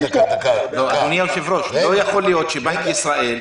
אדוני היושב-ראש, לא יכול שבנק ישראל,